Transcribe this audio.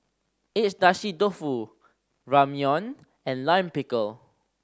Agedashi Dofu Ramyeon and Lime Pickle